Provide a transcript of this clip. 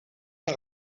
par